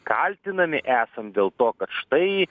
kaltinami esam dėl to kad štai